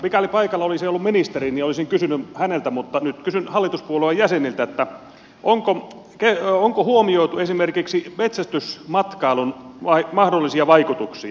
mikäli paikalla olisi ollut ministeri niin olisin kysynyt häneltä mutta nyt kysyn hallituspuolueen jäseniltä onko huomioitu esimerkiksi metsästysmatkailun mahdollisia vaikutuksia